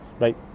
right